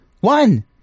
One